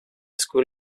school